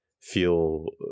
feel